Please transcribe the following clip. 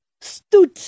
stood